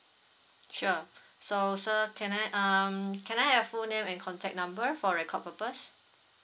sure so sir can I um can I have your full name and contact number for record purpose